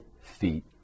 feet